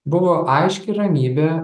buvo aiški ramybė